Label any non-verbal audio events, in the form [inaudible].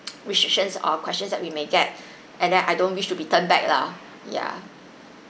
[noise] restrictions or questions that we may get and then I don't wish to be turned back lah ya